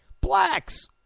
Blacks